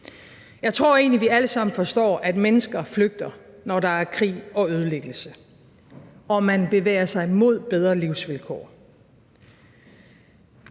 Jeg tror egentlig, vi alle sammen forstår, at mennesker flygter, når der er krig og ødelæggelse, og at mennesker bevæger sig mod bedre livsvilkår,